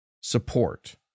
support